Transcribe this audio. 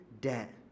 debt